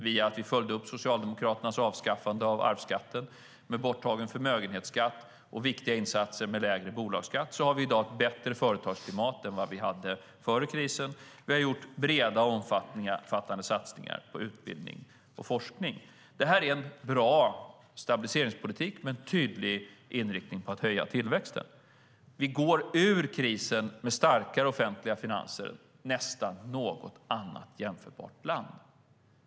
Genom att vi följde upp Socialdemokraternas avskaffande av arvsskatten med borttagen förmögenhetsskatt och viktiga insatser när det gäller lägre bolagsskatt har vi i dag ett bättre företagsklimat än vad vi hade före krisen. Vi har gjort breda och omfattande satsningar på utbildning och forskning. Det är en bra stabiliseringspolitik med en tydlig inriktning på att höja tillväxten. Vi går ur krisen med starkare offentliga finanser än nästan något annat jämförbart land.